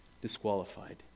disqualified